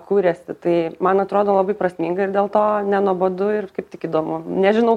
kuriasi tai man atrodo labai prasminga ir dėl to nenuobodu ir kaip tik įdomu nežinau